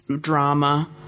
drama